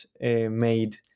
made